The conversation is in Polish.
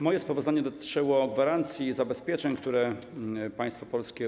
Moje sprawozdanie dotyczyło gwarancji, zabezpieczeń, których udziela państwo polskie.